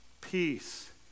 Peace